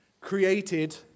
Created